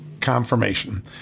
confirmation